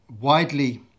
widely